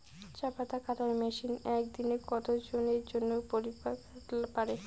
চা পাতা কাটার মেশিন এক দিনে কতজন এর কাজ করিবার পারে?